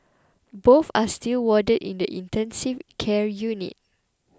both are still warded in the intensive care unit